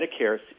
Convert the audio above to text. Medicare